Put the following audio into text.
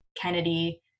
Kennedy